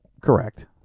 Correct